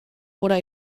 oder